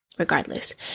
Regardless